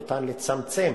ניתן לצמצם